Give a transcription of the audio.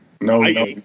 No